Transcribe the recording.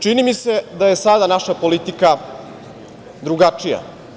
Čini mi se da je sada naša politika drugačija.